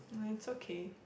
no it's okay